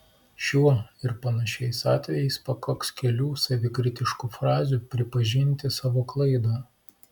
šiuo ir panašiais atvejais pakaks kelių savikritiškų frazių pripažinti savo klaidą